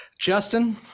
Justin